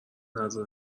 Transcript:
نذر